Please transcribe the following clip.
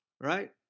right